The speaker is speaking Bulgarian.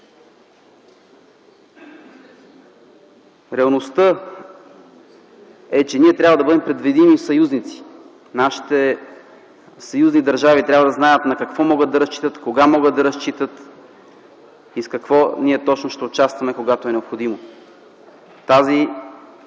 Реалността е, че ние трябва да бъдем предвидими съюзници. Нашите съюзни държави трябва да знаят на какво могат да разчитат, кога могат да разчитат и с какво ние ще участваме, когато е необходимо. Тази